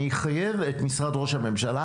אני אחייב את משרד ראש הממשלה,